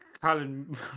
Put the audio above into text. Colin